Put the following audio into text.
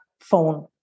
phone